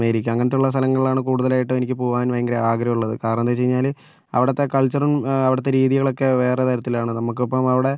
America അങ്ങനത്തെ ഉള്ള സ്ഥലങ്ങളിലാണ് കൂടുതലായിട്ട് എനിക്ക് പോകാൻ ഭയങ്കര ആഗ്രഹമുള്ളത് കാരണം എന്താണെന്ന് വെച്ച് കഴിഞ്ഞാൽ അവിടുത്തെ കൾച്ചറും അവിടുത്തെ രീതികളുമൊക്കെ വേറെ തരത്തിലാണ് നമുക്ക് അപ്പം അവിടെ